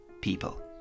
people